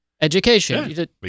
education